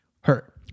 hurt